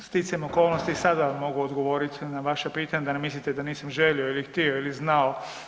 Evo sticajem okolnosti sada vam mogu odgovoriti na vaše pitanje da ne mislite da nisam želio ili htio ili znao.